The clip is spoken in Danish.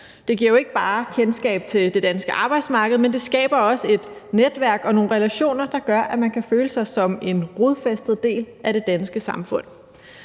Det giver jo ikke bare kendskab til det danske arbejdsmarked, men det skaber også et netværk og nogle relationer, der gør, at man kan føle sig som en rodfæstet del af det danske samfund.